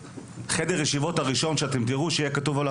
לחדר ישיבות הראשון שאתם תראו שיהיה כתוב עליו,